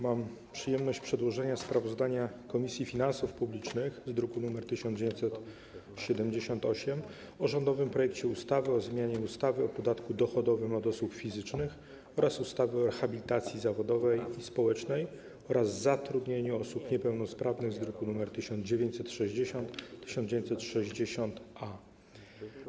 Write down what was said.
Mam przyjemność przedłożenia sprawozdania Komisji Finansów Publicznych z druku nr 1978 o rządowym projekcie ustawy o zmianie ustawy o podatku dochodowym od osób fizycznych oraz ustawy o rehabilitacji zawodowej i społecznej oraz zatrudnianiu osób niepełnosprawnych z druków nr 1960 i 1960-A.